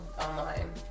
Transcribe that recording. online